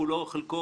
כולו או חלקו",